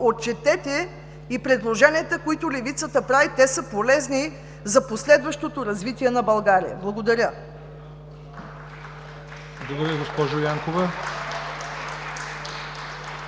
отчетете и предложенията, които Левицата прави. Те са полезни за последващото развитие на България. Благодаря.